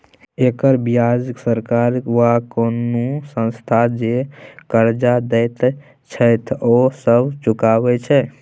एकर बियाज सरकार वा कुनु संस्था जे कर्जा देत छैथ ओ सब चुकाबे छै